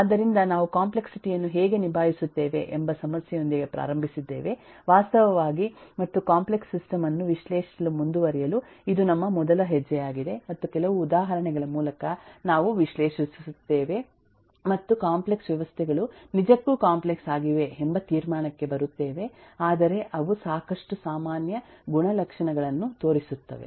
ಆದ್ದರಿಂದ ನಾವು ಕಾಂಪ್ಲೆಕ್ಸಿಟಿ ಯನ್ನು ಹೇಗೆ ನಿಭಾಯಿಸುತ್ತೇವೆ ಎಂಬ ಸಮಸ್ಯೆಯೊಂದಿಗೆ ಪ್ರಾರಂಭಿಸಿದ್ದೇವೆ ವಾಸ್ತವವಾಗಿ ಮತ್ತು ಕಾಂಪ್ಲೆಕ್ಸ್ ಸಿಸ್ಟಮ್ ಅನ್ನು ವಿಶ್ಲೇಷಿಸಲು ಮುಂದುವರಿಯಲು ಇದು ನಮ್ಮ ಮೊದಲ ಹೆಜ್ಜೆಯಾಗಿದೆ ಮತ್ತು ಕೆಲವು ಉದಾಹರಣೆಗಳ ಮೂಲಕ ನಾವು ವಿಶ್ಲೇಷಿಸುತ್ತೇವೆ ಮತ್ತು ಕಾಂಪ್ಲೆಕ್ಸ್ ವ್ಯವಸ್ಥೆಗಳು ನಿಜಕ್ಕೂ ಕಾಂಪ್ಲೆಕ್ಸ್ ಆಗಿವೆ ಎಂಬ ತೀರ್ಮಾನಕ್ಕೆ ಬರುತ್ತೇವೆ ಆದರೆ ಅವು ಸಾಕಷ್ಟು ಸಾಮಾನ್ಯ ಗುಣಲಕ್ಷಣಗಳನ್ನು ತೋರಿಸುತ್ತವೆ